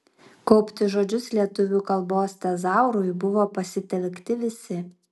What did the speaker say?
kaupti žodžius lietuvių kalbos tezaurui buvo pasitelkti visi